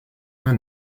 were